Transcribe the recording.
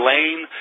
Lane